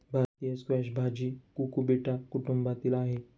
भारतीय स्क्वॅश भाजी कुकुबिटा कुटुंबातील आहे